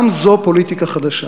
גם זו פוליטיקה חדשה.